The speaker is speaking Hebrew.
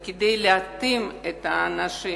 וכדי להתאים את האנשים,